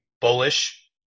bullish